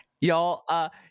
Y'all